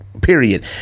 Period